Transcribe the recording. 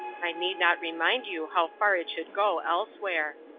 i need not remind you how far it should go elsewhere.